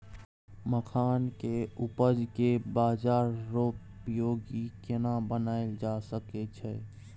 मखान के उपज के बाजारोपयोगी केना बनायल जा सकै छै?